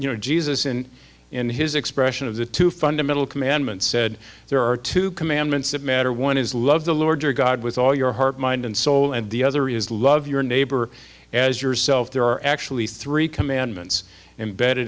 you know jesus and in his expression of the two fundamental commandments said there are two commandments that matter one is love the lord your god with all your heart mind and soul and the other is love your neighbor as yourself there are actually three commandments